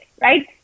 right